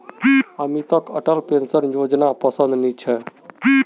अमितक अटल पेंशन योजनापसंद नी छेक